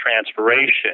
transpiration